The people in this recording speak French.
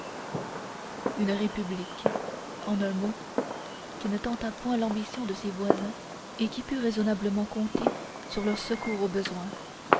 une république en un mot qui ne tentât point l'ambition de ses voisins et qui pût raisonnablement compter sur leur secours au besoin